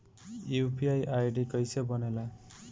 UPI ID कैसे बनेला?